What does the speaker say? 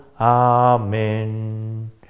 Amen